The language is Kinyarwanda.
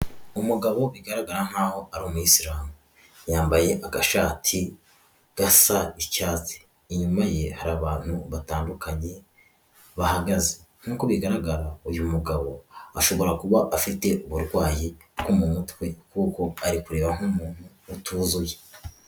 Umugabo bigaragara nk'aho ari umuyisiramu. Yambaye agashati gasa icyatsi. Inyuma ye hari abantu batandukanye bahagaze. Nk'uko bigaragara, uyu mugabo ashobora kuba afite uburwayi bwo mu mutwe kuko ari kureba nk'umuntu utuzuye.